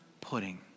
pudding